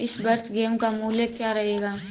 इस वर्ष गेहूँ का मूल्य क्या रहेगा?